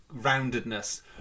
roundedness